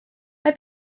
mae